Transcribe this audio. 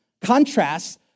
contrasts